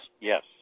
Yes